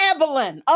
Evelyn